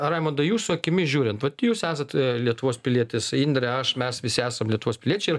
raimondai jūsų akimis žiūrint vat jūs esat lietuvos pilietis indrė aš mes visi esam lietuvos piliečiai ir